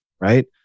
right